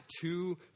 two